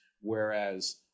whereas